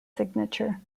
signature